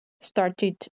started